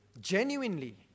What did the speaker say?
genuinely